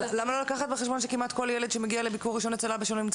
למה לא לקחת בחשבון שכמעט כל ילד שמגיע לביקור ראשון אצל אבא שלו נמצא